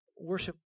worship